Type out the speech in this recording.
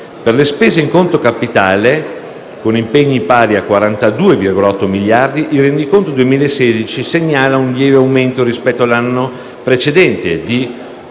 Per le spese in conto capitale, con impegni pari a 42,8 miliardi, il rendiconto 2016 segnala un lieve aumento rispetto all'anno precedente